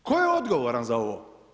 Tko je odgovaran za ovo?